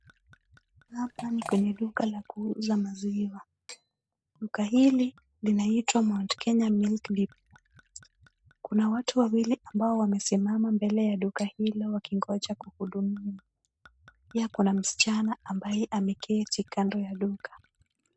Hapa ni kwenye duka la kuuza maziwa. Duka hili linaitwa Mount Kenya Milk Depot. Kuna watu wawili ambao wamesimama mbele ya duka hilo wakingoja kuhudumiwa. Pia kuna msichana ambaye ameketi kando ya duka.